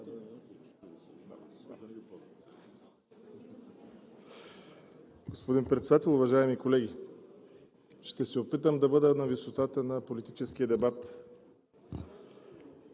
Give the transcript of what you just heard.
Господин Председател, уважаеми колеги! Ще се опитам да бъда на висотата на политическия дебат.